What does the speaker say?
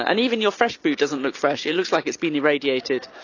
ah and even your fresh food doesn't look fresh. it looks like it's been irradiated.